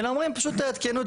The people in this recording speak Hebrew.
אלא אומרים פשוט תעדכנו,